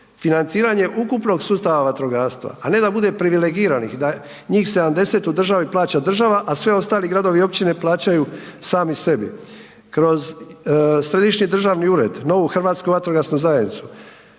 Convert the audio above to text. financiranje ukupnog sustava vatrogastva, a ne da bude privilegiranih, da njih 70 u državi plaća država, a sve ostali gradovi i općine plaćaju sami sebi. Kroz središnji državni ured, novu Hrvatsku vatrogasnu zajednicu